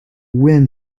wind